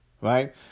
right